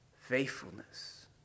faithfulness